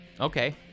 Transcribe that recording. Okay